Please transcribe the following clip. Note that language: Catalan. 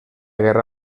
guerra